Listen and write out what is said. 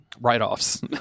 write-offs